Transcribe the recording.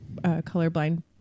colorblind